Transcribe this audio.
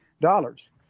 dollars